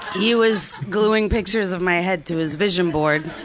he was gluing pictures of my head to his vision board.